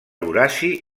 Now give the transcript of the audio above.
horaci